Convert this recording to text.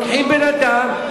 לוקחים בן-אדם,